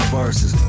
verses